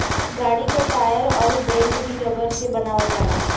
गाड़ी क टायर अउर बेल्ट भी रबर से बनावल जाला